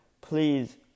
please